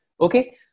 okay